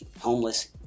homeless